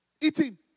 eating